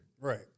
Right